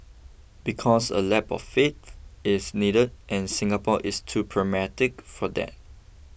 because a leap of faith is needed and Singapore is too pragmatic for that